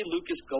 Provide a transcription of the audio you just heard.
Lucas